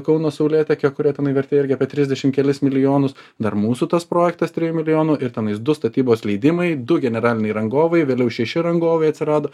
kauno saulėtekio kurio tenai vertė irgi apie trisdešim kelis milijonus dar mūsų tas projektas trijų milijonų ir tenais du statybos leidimai du generaliniai rangovai vėliau šeši rangovai atsirado